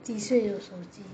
几岁有手机